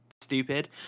stupid